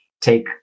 take